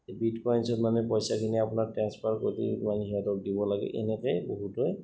এই বিট কয়ঞ্চত মানে পইচাখিনি আপোনাক ট্ৰেন্ঞ্চফাৰ কৰি মানে সিহঁতক দিব লাগে এনেকেই বহুতেই